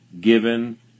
given